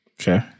Okay